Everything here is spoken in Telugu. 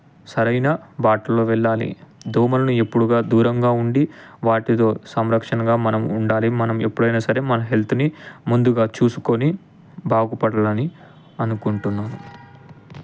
సరైన బాటలో వెళ్ళాలి దోమల్ని ఎక్కువగా దూరంగా ఉండి వాటితో సంరక్షణగా మనము ఉండాలి మనం ఎప్పుడైనా సరే మన హెల్త్ని ముందుగా చూసుకొని బాగుపడాలని అనుకొంటున్నాను